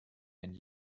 and